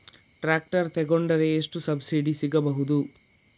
Tractor ತೊಕೊಂಡರೆ ಎಷ್ಟು subsidy ಸಿಗಬಹುದು?